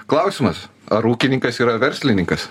klausimas ar ūkininkas yra verslininkas